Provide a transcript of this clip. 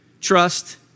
trust